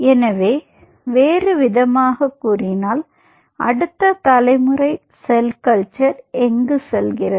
எனவே வேறுவிதமாகக் கூறினால் அடுத்த தலைமுறை செல் கல்ச்சர் எங்கு செல்கிறது